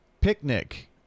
Picnic